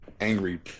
angry